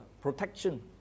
protection